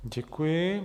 Děkuji.